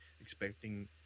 expecting